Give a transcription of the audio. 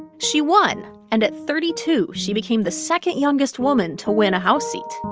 she won. and at thirty two, she became the second-youngest woman to win a house seat